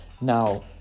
Now